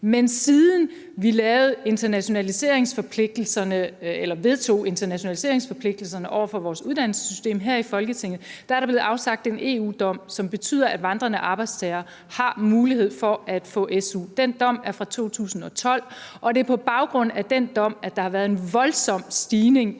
det har vi en interesse i. Men siden vi vedtog internationaliseringsforpligtelserne over for vores uddannelsessystem her i Folketinget, er der blevet afsagt en EU-dom, som betyder, at vandrende arbejdstagere har mulighed for at få SU. Den dom er fra 2012, og det er på baggrund af den dom, at der har været en voldsom stigning